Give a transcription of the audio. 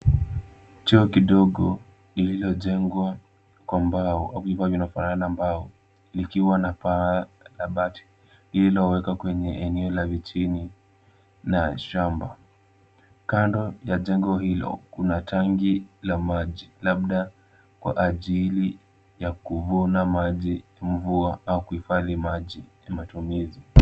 Choo kidogo, lilojengwa kwa mbao au vifaa vinafanana mbao, likiwa na paa la bati. Lililowekwa kwenye eneo la vichini na shamba. Kando ya jengo hilo, kuna tangi la maji labda kwa ajili ya kuvuna maji mvua au kuhifadhi maji ya matumizi.